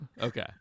Okay